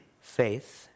faith